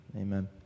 Amen